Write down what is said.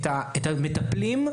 את המטפלים,